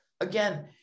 Again